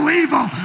evil